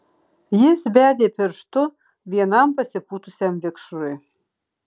jis bedė pirštu vienam pasipūtusiam vikšrui